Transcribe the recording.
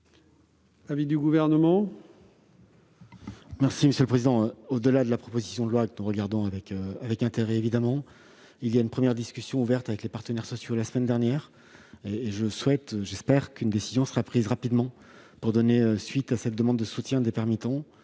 l'avis du Gouvernement ?